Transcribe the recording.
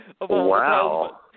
Wow